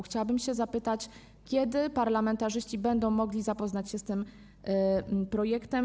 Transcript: Chciałabym zapytać, kiedy parlamentarzyści będą mogli zapoznać się z tym projektem.